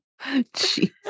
Jeez